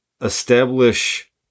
establish